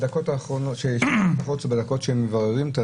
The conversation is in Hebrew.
בדקות שהם מבררים,